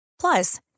Plus